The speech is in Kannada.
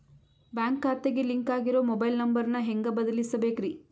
ಬ್ಯಾಂಕ್ ಖಾತೆಗೆ ಲಿಂಕ್ ಆಗಿರೋ ಮೊಬೈಲ್ ನಂಬರ್ ನ ಹೆಂಗ್ ಬದಲಿಸಬೇಕ್ರಿ?